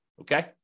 okay